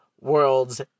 world's